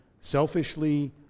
selfishly